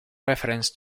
reference